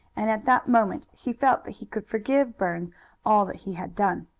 and at that moment he felt that he could forgive burns all that he had done.